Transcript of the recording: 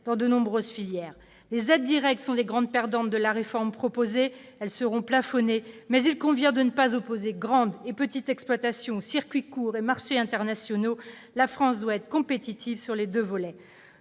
dans de nombreuses filières. Les aides directes sont les grandes perdantes de la réforme proposée, puisqu'elles seront plafonnées. Il convient toutefois de ne pas opposer grandes et petites exploitations, circuits courts et marchés internationaux : la France doit être compétitive sur les deux volets.